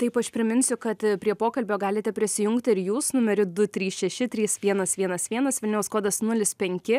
taip aš priminsiu kad prie pokalbio galite prisijungti ir jūs numeriu du trys šeši trys vienas vienas vienas vilniaus kodas nulis penki